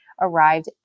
arrived